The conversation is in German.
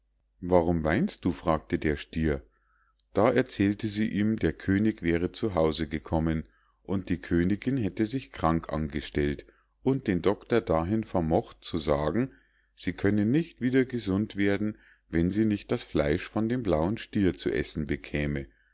warum weinst du fragte der stier da erzählte sie ihm der könig wäre zu hause gekommen und die königinn hätte sich krank angestellt und den doctor dahin vermocht zu sagen sie könne nicht wieder gesund werden wenn sie nicht das fleisch von dem blauen stier zu essen bekäme